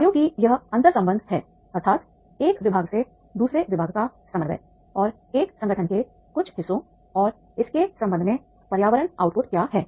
कार्यों की यह अंतर्संबंध है अर्थात् एक विभाग से दूसरे विभाग का समन्वय और एक संगठन के कुछ हिस्सों और इसके संबंध में पर्यावरण आउटपुट क्या है